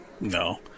No